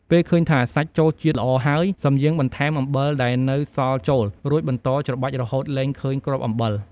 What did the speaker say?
ពេលឃើញថាសាច់ចូលជាតិល្អហើយ សឹមយើងបន្ថែមអំបិលដែលនៅសល់ចូល រួចបន្តច្របាច់រហូតលែងឃើញគ្រាប់អំបិល។